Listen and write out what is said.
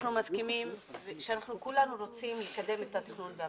כולנו רוצים לקדם את התכנון והבנייה,